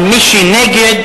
אבל מי שנגד,